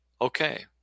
okay